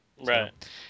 Right